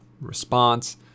response